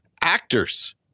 Actors